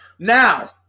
Now